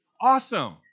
Awesome